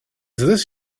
this